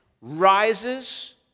rises